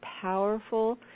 powerful